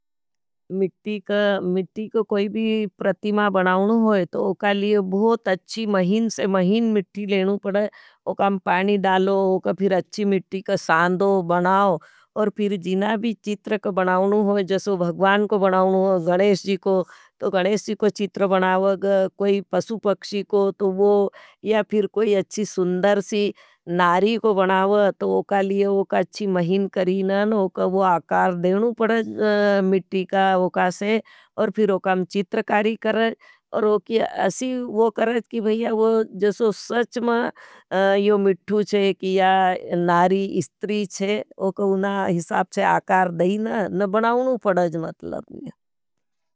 मिठी को कोई भी प्रतिमा बनाओनु होई, तो उका लिए बहुत अच्छी महिन से महिन मिठी लेनु पड़ा। उका पाणी डालो, उका फिर अच्छी मिठी को सांदो, बनाओ। और फिर जिना भी चीत्र को बनाओनु होई, जैसे उका भगवान को बनाओनु हो। गणेश जी क चीत्र बनाओग, कोई पसु पक्षी को तो वो, या फिर कोई अच्छी सुन्दर सी नारी को बनाओग। तो उका लिए उका अच्छी महिन करी न, उका वो आकार देनू पड़ाज, मिठी का उका से, और फिर उकाम चीत्र कारी करेज। और उकी असीव वो करेज, की भाईया जसो सच में यो मिठू है कि या नारी इस्तिरी है। वो कुछ ना हिसाप है आकार दाईना न बढाऊनू पड़ाज मतलब।